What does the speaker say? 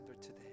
today